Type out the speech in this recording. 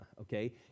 okay